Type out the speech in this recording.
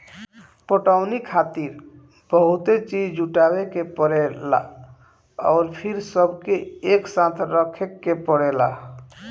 पटवनी खातिर बहुते चीज़ जुटावे के परेला अउर फिर सबके एकसाथे रखे के पड़ेला